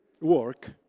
work